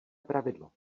pravidlo